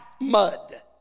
mud